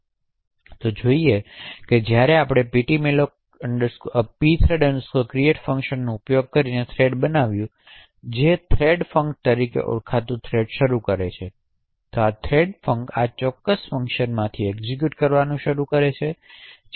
તો ચાલો જોઈએ કે જ્યારે આપણે pthread create ફંકશનનો ઉપયોગ કરીને થ્રેડ બનાવ્યું જે થ્રેડફંક તરીકે ઓળખાતું થ્રેડ શરૂ કરે છે તો થ્રેડફંક આ ચોક્કસ ફંકશનમાંથી એક્ઝીક્યુટ કરવાનું શરૂ કરે છે